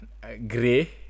Gray